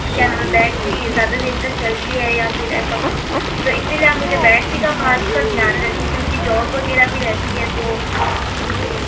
क्या नाम है बैटरी ज़्यादा देर तक चलती है या फिर ऐसा कुछ तो इसीलिए आप मुझे बैटरी का खासकर ध्यान रखें क्योंकि जॉब वगैरह भी रहती है तो इसलिए